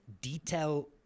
detail